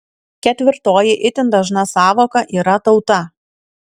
ketvirtoji itin dažna sąvoka yra tauta